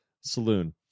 Saloon